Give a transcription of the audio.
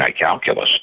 calculus